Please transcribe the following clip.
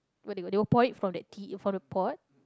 what do you what do you pour it from that tea you from the pot